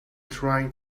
trying